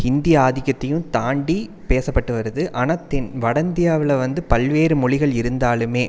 இந்திய ஆதிக்கத்தையும் தாண்டி பேசப்பட்டு வருது ஆனால் தென் வட இந்தியாவில் வந்து பல்வேறு மொழிகள் இருந்தாலும்